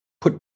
put